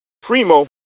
Primo